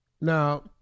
Now